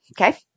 Okay